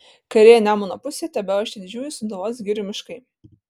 kairėje nemuno pusėje tebeošė didžiųjų sūduvos girių miškai